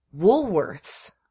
Woolworths